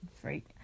freak